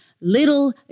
little